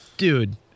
Dude